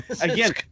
again